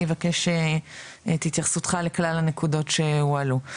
אבקש את התייחסות רמ"י לכלל הנקודות שהועלו.